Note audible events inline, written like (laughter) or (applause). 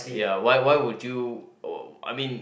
ya why why would you (noise) I mean